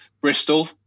Bristol